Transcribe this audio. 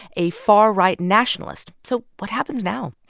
a far-right nationalist. so what happens now?